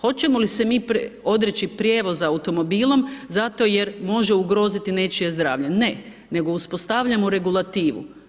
Hoćemo li se mi odreći prijevoza automobilom zato jer može ugroziti nečije zdravlje, ne, nego uspostavljamo regulativu.